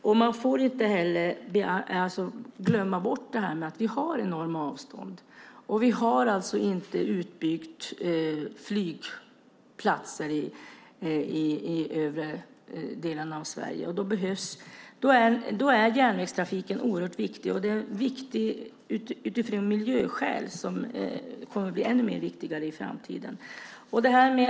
Dessutom får man inte glömma bort att vi har enorma avstånd och att flygplatserna inte är utbyggda i de norra delarna av Sverige. Därför är järnvägstrafiken oerhört viktig. Den är viktig även av miljöskäl och kommer i framtiden att bli än viktigare.